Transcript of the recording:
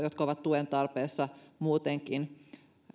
jotka ovat tuen tarpeessa muutenkin